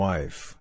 Wife